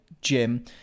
Jim